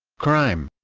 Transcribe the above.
crime